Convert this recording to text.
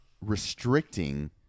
restricting